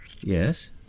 Yes